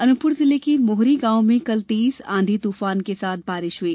अनूपपुर जिले के मोहरी गॉव में कल तेज आधी तूफान के साथ बारिश हुई